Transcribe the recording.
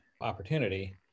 opportunity